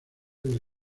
del